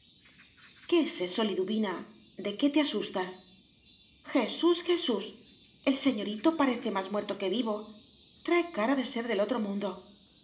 qué es eso liduvina de qué te asustas jesús jesús el señorito parece más muerto que vivo trae cara de ser del otro mundo